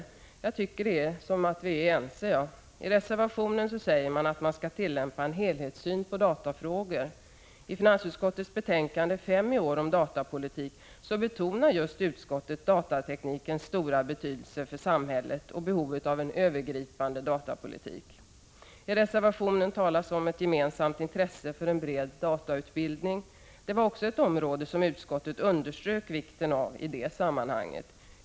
Jag för min del tycker det verkar som om vi är ense. I reservationen sägs att man skall tillämpa en helhetssyn på datafrågor. I finansutskottets betänkande nr 5 i år om datapolitik betonar utskottet just datateknikens stora betydelse för samhället och behovet av en övergripande datapolitik. I reservationen talas om ett gemensamt intresse för en bred datautbildning. Det var också ett område som utskottet underströk vikten av i det sammanhanget.